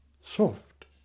Soft